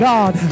God